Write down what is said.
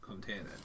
container